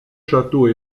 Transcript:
châteaux